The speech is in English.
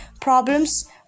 problems